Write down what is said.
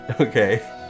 Okay